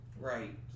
Right